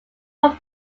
from